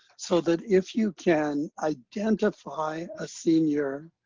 so that if you can identify a senior,